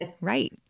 Right